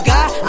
God